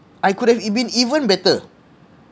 I could have been even better